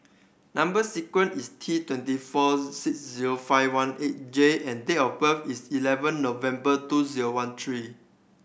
number sequence is T twenty four six zero five one eight J and date of birth is eleven November two zreo one three